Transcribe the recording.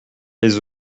les